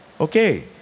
Okay